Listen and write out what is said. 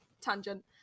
tangent